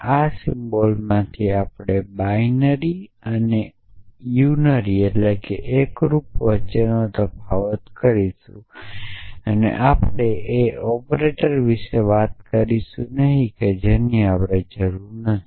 આ સિમ્બલ્સમાંથી આપણે બાઇનરિ અને એકરૂપ વચ્ચે તફાવત કરીશું અને આપણે એ ઑપરેટર્સ વિશે વાત કરીશું નહીં જેની આપણે જરૂર નથી